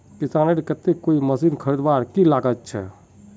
किसानेर केते कोई मशीन खरीदवार की लागत छे?